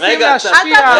אל תעצור אותי.